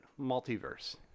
multiverse